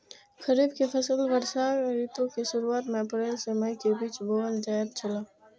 खरीफ के फसल वर्षा ऋतु के शुरुआत में अप्रैल से मई के बीच बौअल जायत छला